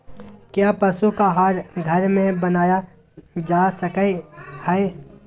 क्या पशु का आहार घर में बनाया जा सकय हैय?